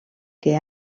que